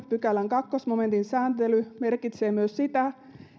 pykälän toisen momentin sääntely merkitsee myös sitä